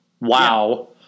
Wow